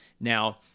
Now